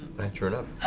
matt sure enough.